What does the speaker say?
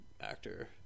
actor